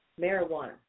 marijuana